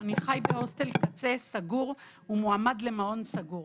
אני חי בהוסטל קצה סגור ומועמד למעון סגור,